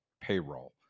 payroll